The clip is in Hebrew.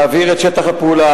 להעביר את שטח הפעולה,